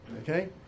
Okay